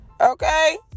Okay